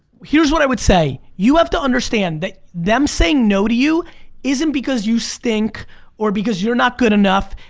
here's what i would say. you have to understand that them saying no to you isn't because you stink or because you're not good enough,